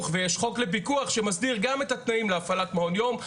ויש חוק לפיקוח שמסדיר גם את התנאים להפעלת מעון יום,